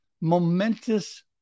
momentous